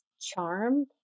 charm